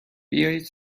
بیایید